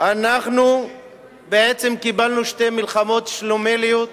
אנחנו בעצם קיבלנו שתי מלחמות שלומיאליות,